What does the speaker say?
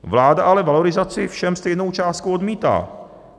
Vláda ale valorizaci všem stejnou částkou odmítá.